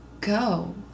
go